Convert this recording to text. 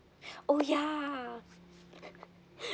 oh ya